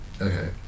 Okay